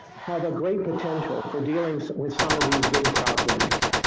have a great potential for dealing with some of these big problems.